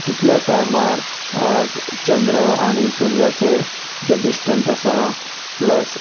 कितल्या टायमार चंद्र आनी सुर्याचें जें डिस्टंस आसा प्लस